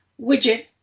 widget